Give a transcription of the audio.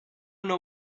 know